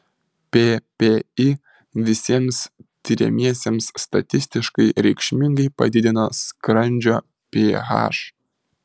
ppi visiems tiriamiesiems statistiškai reikšmingai padidino skrandžio ph